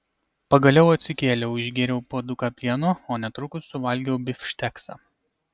pagaliau atsikėliau išgėriau puoduką pieno o netrukus suvalgiau bifšteksą